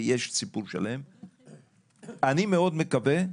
אני מאוד מקווה,